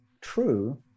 true